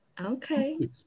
Okay